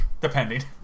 Depending